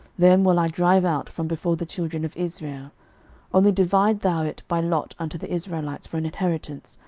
them will i drive out from before the children of israel only divide thou it by lot unto the israelites for an inheritance,